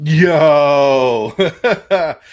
Yo